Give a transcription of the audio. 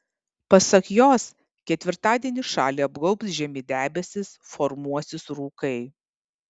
pasak jos ketvirtadienį šalį apgaubs žemi debesys formuosis rūkai